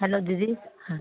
hello দিদি হ্যাঁ